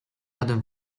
jadłem